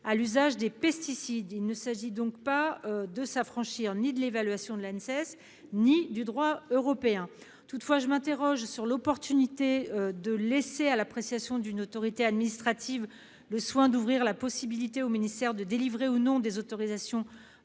à l'usage des pesticides. Il s'agit donc de ne s'affranchir ni de l'évaluation de l'Anses ni du droit européen. Toutefois, je m'interroge sur l'opportunité de laisser à l'appréciation d'une autorité administrative le soin d'ouvrir la possibilité au ministère de délivrer ou non des autorisations